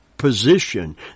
position